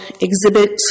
Exhibit